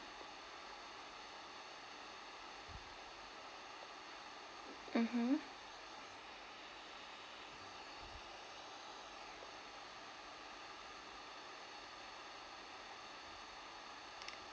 mmhmm